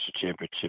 championship